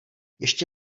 ještě